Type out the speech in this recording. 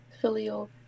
filial